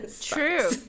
true